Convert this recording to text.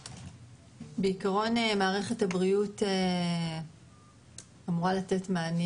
בעקרון מערכת הבריאות אמורה לתת מענים